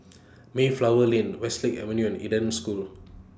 Mayflower Lane Westlake Avenue and Eden School